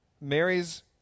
Mary's